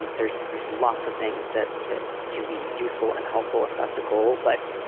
and there's there's lots of things that that can be useful and helpful if that's a goal. but